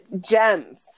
gems